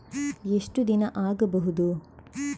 ಎಷ್ಟು ದಿನ ಆಗ್ಬಹುದು?